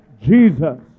Jesus